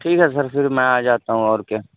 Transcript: ٹھیک ہے سر پھر میں آ جاتا ہوں اور کیا